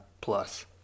plus